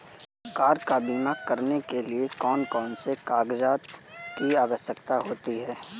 Car का बीमा करने के लिए कौन कौन से कागजात की आवश्यकता होती है?